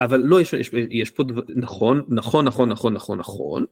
אבל לא יש יש פה דבר נכון, נכון, נכון, נכון, נכון, נכון.